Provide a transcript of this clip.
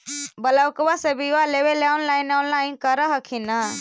ब्लोक्बा से बिजबा लेबेले ऑनलाइन ऑनलाईन कर हखिन न?